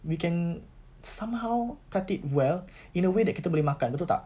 we can somehow cut it well in a way that kita boleh makan betul tak